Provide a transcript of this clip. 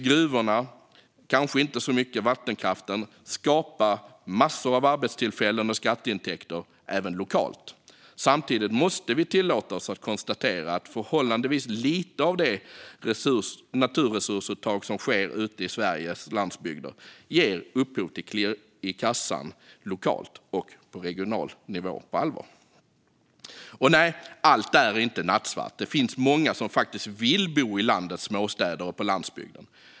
Gruvorna, kanske inte så mycket vattenkraften, skapar massor av arbetstillfällen och skatteintäkter även lokalt. Samtidigt måste vi tillåta oss att konstatera att förhållandevis lite av det naturresursuttag som sker på Sveriges landsbygder ger på allvar upphov till klirr i kassan lokalt och regionalt. Nej, allt är inte nattsvart. Det finns många som faktiskt vill bo i landets småstäder och på landsbygden.